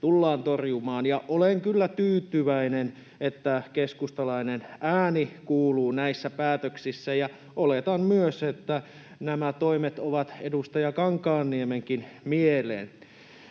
Olen kyllä tyytyväinen, että keskustalainen ääni kuuluu näissä päätöksissä, ja oletan myös, että nämä toimet ovat edustaja Kankaanniemenkin mieleen.